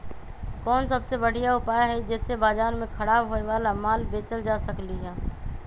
कोन सबसे बढ़िया उपाय हई जे से बाजार में खराब होये वाला माल बेचल जा सकली ह?